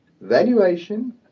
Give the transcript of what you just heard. valuation